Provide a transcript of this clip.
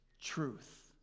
truth